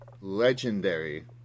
legendary